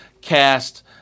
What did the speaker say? cast